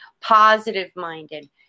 positive-minded